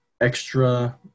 extra